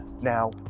now